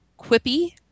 quippy